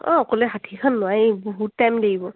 অঁ অকলে ষাঠিখন নোৱাৰি বহুত টাইম লাগিব